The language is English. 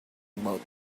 about